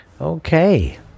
Okay